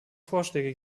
vorschläge